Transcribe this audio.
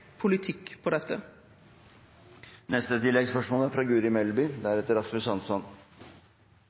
politikk på dette. Guri Melby